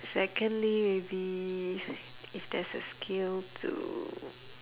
secondly will be if there's a skill to